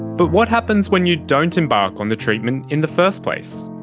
but what happens when you don't embark on the treatment in the first place?